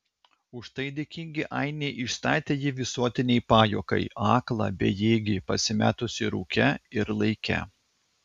už tai dėkingi ainiai išstatė jį visuotinei pajuokai aklą bejėgį pasimetusį rūke ir laike